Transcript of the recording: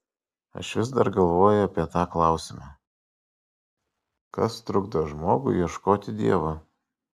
aš vis dar galvoju apie tą klausimą kas trukdo žmogui ieškoti dievo